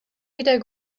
wieder